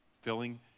filling